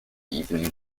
evening